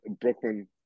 Brooklyn